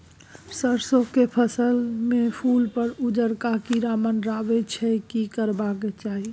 सरसो के फसल में फूल पर उजरका कीरा मंडराय छै की करबाक चाही?